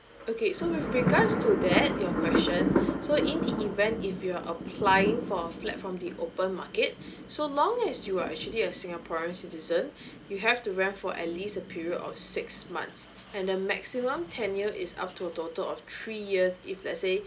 okay so with regards to that your question so in the event if you're applying for a flat from the open market so long as you are actually a singaporean citizen you have to rent for at least a period of six months and the maximum tenure is up to a total of three years if let's say